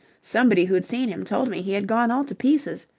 somebody who'd seen him told me he had gone all to pieces.